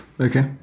okay